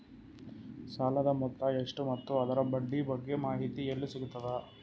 ಸಾಲದ ಮೊತ್ತ ಎಷ್ಟ ಮತ್ತು ಅದರ ಬಡ್ಡಿ ಬಗ್ಗೆ ಮಾಹಿತಿ ಎಲ್ಲ ಸಿಗತದ?